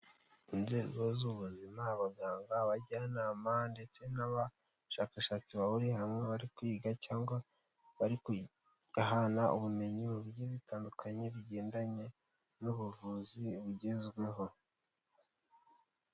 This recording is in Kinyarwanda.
Inzego z'ubuzima, abaganga, abajyanama ndetse n'abashakashatsi bahuriye hamwe bari kwiga cyangwa bari guhana ubumenyi mu bintu bitandukanye bigendanye n'ubuvuzi bugezweho.